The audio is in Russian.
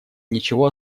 ничего